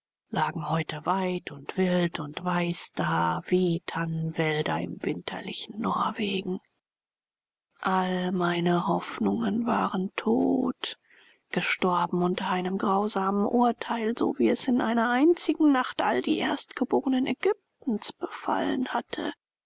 lagen heute weit und wild und weiß da wie tannenwälder im winterlichen norwegen all meine hoffnungen waren tot gestorben unter einem grausamen urteil so wie es in einer einzigen nacht all die erstgeborenen egyptens befallen hatte